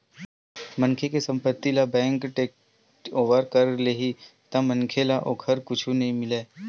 मनखे के संपत्ति ल बेंक ह टेकओवर कर लेही त मनखे ल ओखर कुछु नइ मिलय